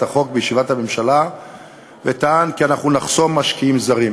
החוק בישיבת הממשלה וטען כי אנחנו נחסום משקיעים זרים.